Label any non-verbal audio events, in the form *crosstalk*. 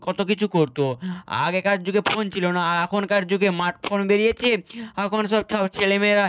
কত কিছু করত আগেকার যুগে ফোন ছিল না আর এখনকার যুগে স্মার্ট ফোন বেরিয়েছে এখন সব *unintelligible* ছেলেমেয়েরা